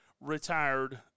retired